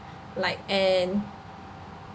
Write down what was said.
like and